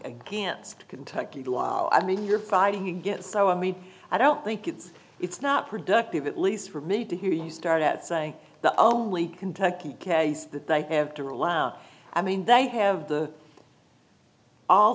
against kentucky law i mean you're fighting against so i mean i don't think it's it's not productive at least for me to hear you start at say the only kentucky case that they have to rely on i mean they have the all